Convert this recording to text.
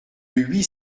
huit